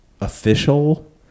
official